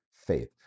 faith